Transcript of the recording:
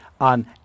on